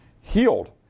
healed